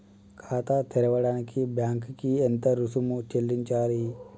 ఖాతా తెరవడానికి బ్యాంక్ కి ఎంత రుసుము చెల్లించాలి?